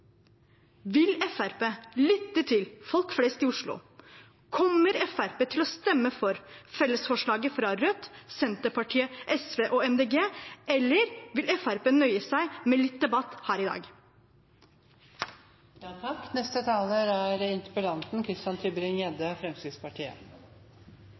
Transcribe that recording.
Vil Fremskrittspartiet lytte til folk flest i Oslo? Kommer Fremskrittspartiet til å stemme for fellesforslaget fra Rødt, Senterpartiet, SV og Miljøpartiet De Grønne, eller vil Fremskrittspartiet nøye seg med litt debatt her i